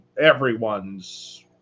everyone's